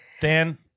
Dan